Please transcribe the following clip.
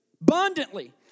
abundantly